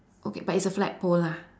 okay but it's a flagpole lah